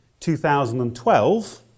2012